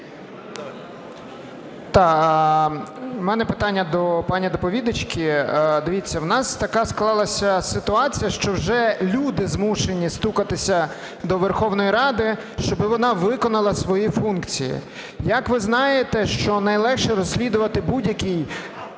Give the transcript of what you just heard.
У мене питання до пані доповідачки. Дивіться, у нас така склалася ситуація, що вже люди змушені стукатися до Верховної Ради, щоб вона виконала свої функції. Як ви знаєте, що найлегше розслідувати будь-які